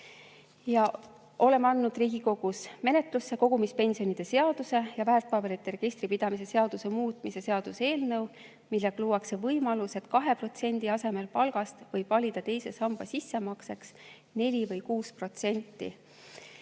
Oleme andnud Riigikogus menetlusse kogumispensionide seaduse ja väärtpaberite registri pidamise seaduse muutmise seaduse eelnõu, millega luuakse võimalus, et 2% asemel palgast võib teise samba sissemakseks valida